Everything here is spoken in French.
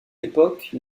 époque